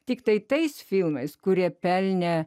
tiktai tais filmais kurie pelnė